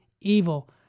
evil